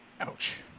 Ouch